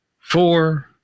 four